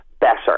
better